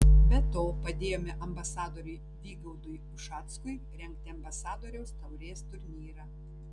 be to padėjome ambasadoriui vygaudui ušackui rengti ambasadoriaus taurės turnyrą